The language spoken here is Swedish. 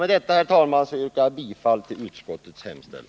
Med detta, herr talman, yrkar jag bifall till utskottets hemställan.